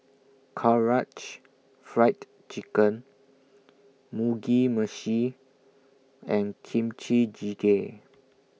Karaage Fried Chicken Mugi Meshi and Kimchi Jjigae